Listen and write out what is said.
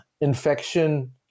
infection